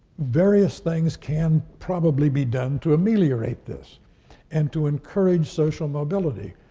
various things can probably be done to ameliorate this and to encourage social mobility.